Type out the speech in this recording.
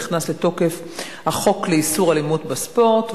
נכנס לתוקף החוק לאיסור אלימות בספורט.